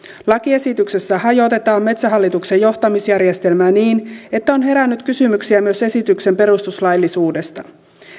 lakiesityksessä hajotetaan metsähallituksen johtamisjärjestelmää niin että on herännyt kysymyksiä myös esityksen perustuslaillisuudesta